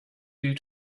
due